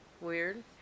weird